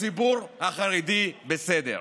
הציבור החרדי בסדר.